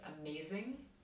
amazing